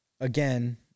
again